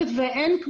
אני מסכימה ואת צודקת,